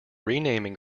renaming